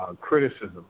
criticism